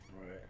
right